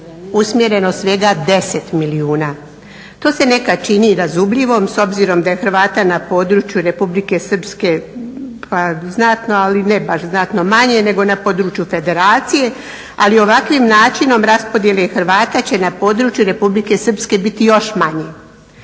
usmjereno svega 10 milijuna. To se nekad čini razumljivo s obzirom da je Hrvata na području Republike Srpske znatno, ali ne baš znatno manje nego na području Federacije, ali ovakvim načinom raspodjele Hrvata će na području Republike Srpske biti još manje.